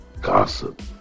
Gossip